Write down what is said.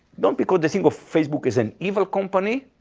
not because they think of facebook as an evil company,